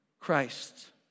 Christ